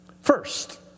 First